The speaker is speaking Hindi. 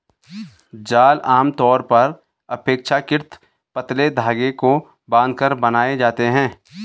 जाल आमतौर पर अपेक्षाकृत पतले धागे को बांधकर बनाए जाते हैं